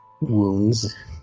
wounds